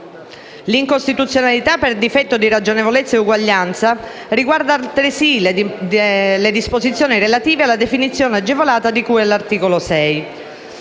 L'incostituzionalità per difetto di ragionevolezza e uguaglianza, riguarda altresì le disposizioni relative alla definizione agevolata di cui all'articolo 6.